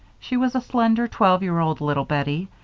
she was a slender twelve-year-old little bettie,